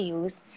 use